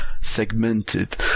segmented